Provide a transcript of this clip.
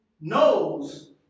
knows